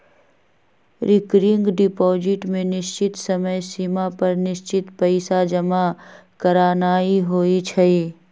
recurring deposit में निश्चित समय सिमा पर निश्चित पइसा जमा करानाइ होइ छइ